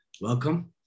welcome